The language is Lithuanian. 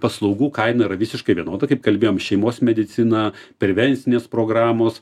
paslaugų kaina yra visiškai vienoda kaip kalbėjom šeimos medicina prevencinės programos